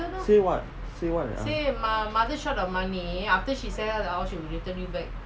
say what say what I ask